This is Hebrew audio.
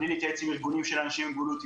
בלי להתייעץ עם ארגונים של אנשים עם מוגבלות,